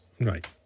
Right